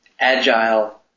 agile